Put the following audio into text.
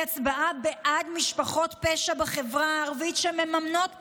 היא הצבעה בעד משפחות פשע בחברה הערבית שמממנות פשיעה,